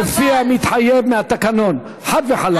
כפי שמתחייב מהתקנון, חד וחלק.